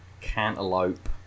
cantaloupe